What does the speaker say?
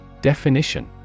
Definition